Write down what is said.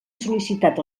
sol·licitat